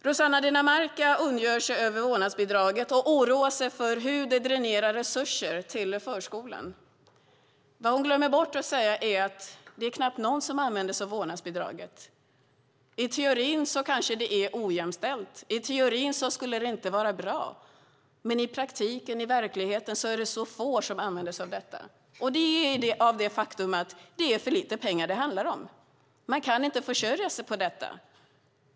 Rossana Dinamarca ondgör sig över vårdnadsbidraget och oroar sig över hur det dränerar resurser till förskolan. Det hon glömmer bort att säga är att det knappt är någon som använder sig av vårdnadsbidraget. I teorin kanske det är ojämställt. I teorin skulle det inte vara bra. Men i praktiken, i verkligheten, är det få som använder sig av detta, beroende på det faktum att det handlar om för lite pengar. Man kan inte försörja sig på detta.